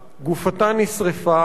גופתה נשרפה,